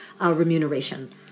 remuneration